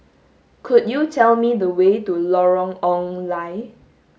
could you tell me the way to Lorong Ong Lye